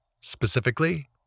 specifically